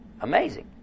amazing